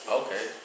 okay